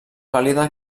pàl·lida